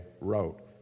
wrote